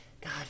God